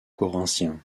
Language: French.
corinthiens